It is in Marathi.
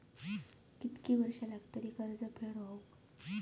किती वर्षे लागतली कर्ज फेड होऊक?